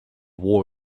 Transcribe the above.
war